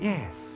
Yes